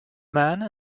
man